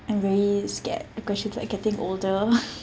I'm very scared because she's like getting older